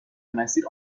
مسیر